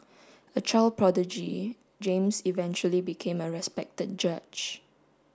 a child prodigy James eventually became a respected judge